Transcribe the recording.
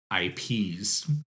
IPs